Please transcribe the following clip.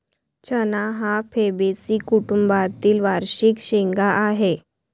चणा हा फैबेसी कुटुंबातील वार्षिक शेंगा आहे